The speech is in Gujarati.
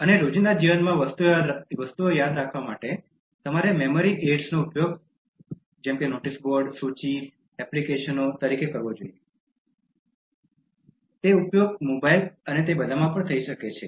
અને રોજિંદા જીવનમાં વસ્તુઓ યાદ રાખવા માટે તમારે મેમરી એડ્સનો ઉપયોગ નોટિસ બોર્ડ સૂચિ એપ્લિકેશનો તરીકે કરવો જોઈએ જેનો ઉપયોગ મોબાઇલ અને તે બધામાં થઈ શકે છે